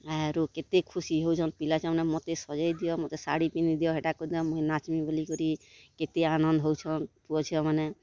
ଆରୁ କେତେ ଖୁସି ହଉଛଁ ପିଲା ଚାମୁଣ୍ଡା ମତେ ସଜେଇ ଦିଅ ମତେ ଶାଢ଼ୀ ପିନ୍ଧେଇ ଦିଅ ହେଟାକୁ ଦିଏ ମୁଇଁ ନାଚ୍ବିଁ ବୋଲି କରିଁ କେତେ ଆନନ୍ଦ୍ ହଉଛନ୍ ପୁଅ ଝିଅମାନେ